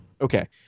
Okay